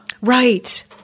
Right